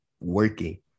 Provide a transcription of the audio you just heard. working